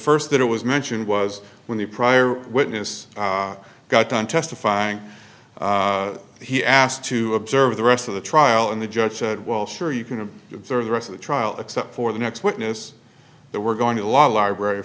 first that it was mentioned was when the prior witness got on testifying he asked to observe the rest of the trial and the judge said well sure you can observe the rest of the trial except for the next witness that we're going to law library